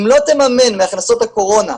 אם לא תממן מהכנסות הקורונה,